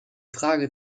frage